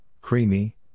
creamy